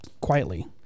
quietly